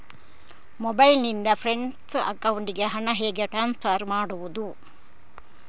Mobile ನಿಂದ friend ಅಕೌಂಟಿಗೆ ಹಣ ಹೇಗೆ ಟ್ರಾನ್ಸ್ಫರ್ ಮಾಡುವುದು?